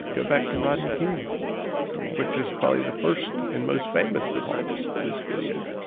go back to rodney king right which is probably the first and most famous of all these police videos,